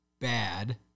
bad